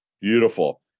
beautiful